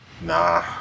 Nah